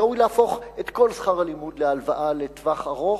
וראוי להפוך את כל שכר הלימוד להלוואה לטווח ארוך.